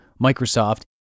Microsoft